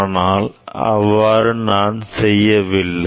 ஆனால் அதை நான் சரி செய்து கொள்ளவில்லை